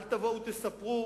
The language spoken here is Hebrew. אל תבואו ותספרו